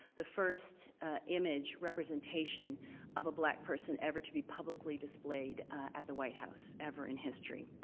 the first image representation of a black person ever to be publicly displayed at the white house, ever in history.